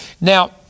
Now